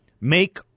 Make